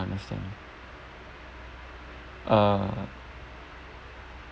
ya I understand uh